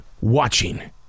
watching